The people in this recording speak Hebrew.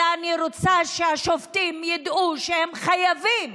אלא אני רוצה שהשופטים ידעו שהם חייבים